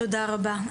תודה רבה.